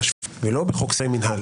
השפיטה ולא בחוק סדרי מינהל,